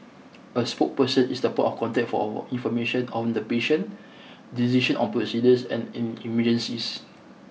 a spokesperson is the point of contact for our information on the patient decision on procedures and in emergencies